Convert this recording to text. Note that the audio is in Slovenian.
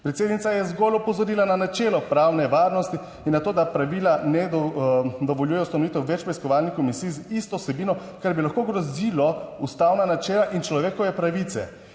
Predsednica je zgolj opozorila na načelo pravne varnosti in na to, da pravila ne dovoljujejo ustanovitev več preiskovalnih komisij z isto vsebino, kar bi lahko ogrozilo ustavna načela in človekove pravice.